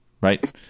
right